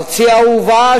ארצי האהובה,